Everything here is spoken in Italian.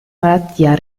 malattia